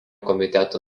komiteto